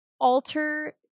alter